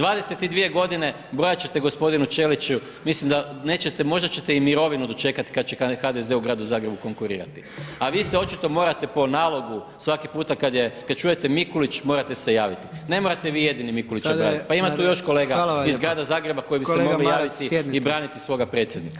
22 g. brojat ćete g. Ćeliću, mislim da nećete, možda ćete i mirovinu dočekat kad će HDZ u gradu Zagrebu konkurirati a vi se očito morate po nalogu svaki puta kad čujete Mikulić, morate se javiti, ne morate vi jedini Mikulića ... [[Upadica predsjednik: Hvala vam lijepa.]] pa ima tu još kolega iz grada Zagreba koji bi se mogli javiti i braniti svoga predsjednika.